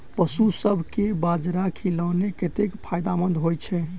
पशुसभ केँ बाजरा खिलानै कतेक फायदेमंद होइ छै?